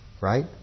right